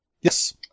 Yes